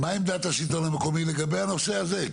מה עמדת השלטון המקומי לגבי הנושא הזה?